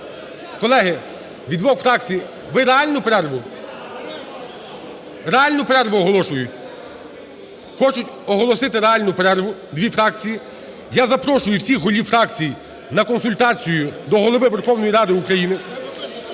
перерву? (Шум у залі) Реальну перерву оголошую. Хочуть оголосити реальну перерву дві фракції. Я запрошую всіх голів фракцій на консультацію до Голови Верховної Ради України.